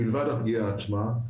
מלבד הפגיעה עצמה,